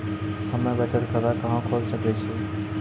हम्मे बचत खाता कहां खोले सकै छियै?